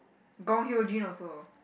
Gong Hyo-Jin also